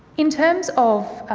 in terms of